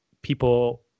people